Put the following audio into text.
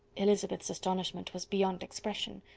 elizabeth's astonishment was beyond expression.